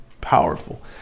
powerful